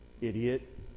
idiot